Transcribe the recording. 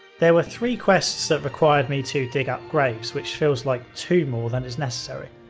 there were three quests that required me to dig up graves which feels like two more than is necessary.